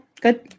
good